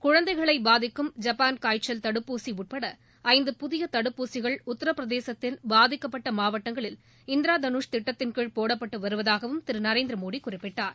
குழந்தைகளை பாதிக்கும் ஜப்பான் காய்ச்சல் தடுப்பூசி உட்பட ஐந்து புதிய தடுப்பூசிகள் உத்தர பிரதேசத்தின் பாதிக்கப்பட்ட மாவட்டங்களில் இந்திரதனுஷ் திட்டத்தின்கீழ் போடப்பட்டு வருவதாகவும் திரு நரேந்திர மோடி குறிப்பிட்டார்